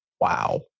wow